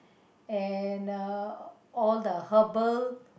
and uh all the herbal